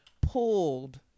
pulled